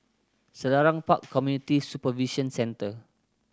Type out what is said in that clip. Selarang Park Community Supervision Centre